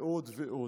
ועוד ועוד.